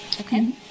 Okay